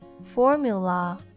Formula